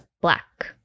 black